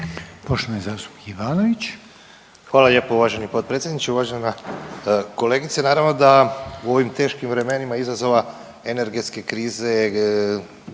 Goran (HDZ)** Hvala lijepo uvaženi potpredsjedniče. Uvažena kolegice, naravno da u ovim teškim vremenima izazova energetske krize,